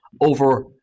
over